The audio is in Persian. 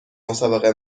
مسابقه